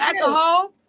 alcohol